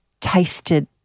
tasted